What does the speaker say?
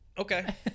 Okay